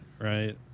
right